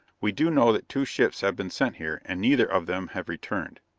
we do know that two ships have been sent here, and neither of them have returned.